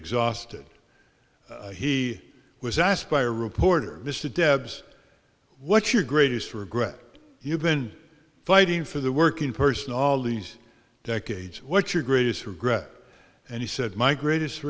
exhausted he was asked by a reporter mr debs what's your greatest regret you've been fighting for the working person all these decades what's your greatest regret and he said my greatest